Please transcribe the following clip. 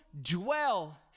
dwell